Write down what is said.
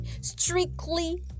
strictly